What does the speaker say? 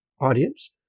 audience